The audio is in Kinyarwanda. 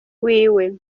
wiwe